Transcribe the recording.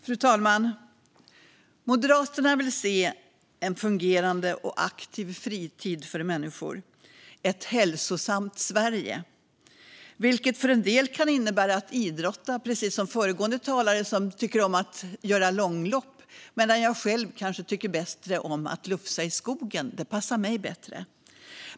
Fru talman! Moderaterna vill se en fungerande och aktiv fritid för människor, ett hälsosamt Sverige. Det kan för en del innebära att idrotta, liksom för föregående talare som tycker om springa långlopp. Jag själv tycker kanske bättre om att lufsa i skogen. Det passar mig bättre.